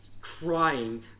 crying